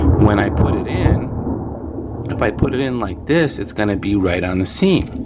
when i put it in if i put it in like this it's gonna be right on the seam.